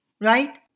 right